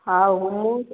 ହଉ ମୁଁ